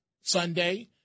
Sunday